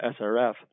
srf